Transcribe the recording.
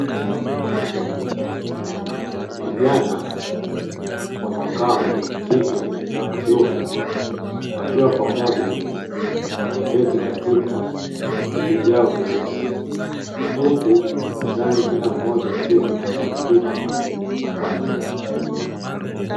Vijana wa makamo wa kike na wa kiume, wakiwa pamoja wameketi katika viti vyao vyeusi, huku mezani kila mmoja akiwa na kompyuta mpakato.